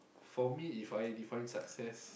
for me If I define success